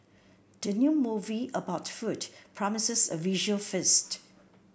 the new movie about food promises a visual feast